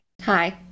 Hi